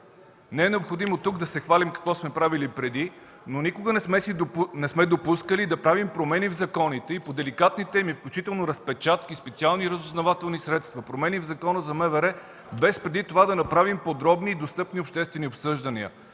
Не е необходимо тук да се хвалим какво сме правили преди, но никога не сме допускали да правим промени в законите и по деликатни теми, включително разпечатки, специални разузнавателни средства, промени в Закона за МВР, без преди това да направим подробни и достъпни обществени обсъждания.